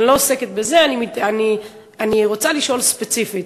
אני לא עוסקת בזה, אני רוצה לשאול ספציפית.